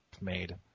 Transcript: made